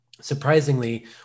surprisingly